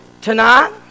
Tonight